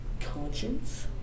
conscience